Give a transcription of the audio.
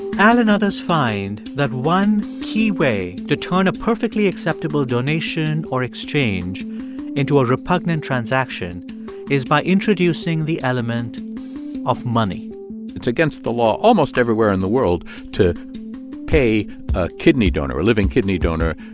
al and others find that one key way to turn a perfectly acceptable donation or exchange into a repugnant transaction is by introducing the element of money it's against the law almost everywhere in the world to pay a kidney donor, a living kidney donor,